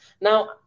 Now